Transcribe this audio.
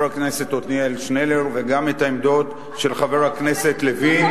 הכנסת עתניאל שנלר וגם את העמדות של חבר הכנסת לוין,